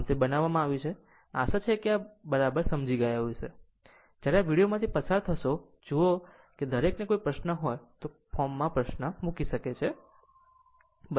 આમ તે બનાવવામાં આવ્યું છે આશા છે કે આ એક બરાબર સમજી ગયો છે જ્યારે આ વિડિઓમાંથી પસાર થશે જુઓ કે દરેકને જો કોઈ પ્રશ્ન હોય તો ફોરમમાં પ્રશ્ન મૂકે છે